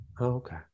okay